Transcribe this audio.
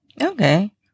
Okay